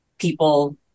people